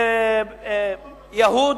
נווה-מונוסון.